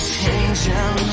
changing